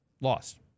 lost